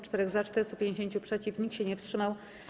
4 - za, 450 - przeciw, nikt się nie wstrzymał.